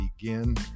begin